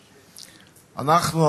אנחנו,